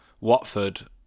Watford